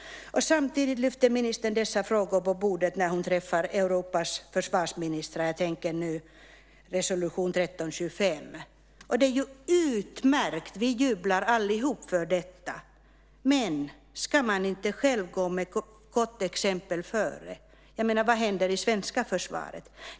Samtidigt lyfter försvarsministern upp dessa frågor på bordet när hon träffar Europas försvarsministrar. Jag tänker nu på resolution 13:25. Det är ju utmärkt. Vi jublar alla över detta. Men ska man inte själv föregå med gott exempel? Vad händer i det svenska försvaret?